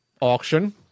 auction